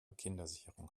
kindersicherung